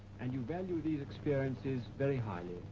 and you value these experiences very highly.